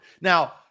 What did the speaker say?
Now